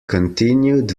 continued